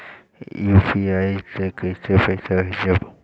UPI से कईसे पैसा भेजब?